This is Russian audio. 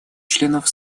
членов